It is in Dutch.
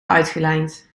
uitgelijnd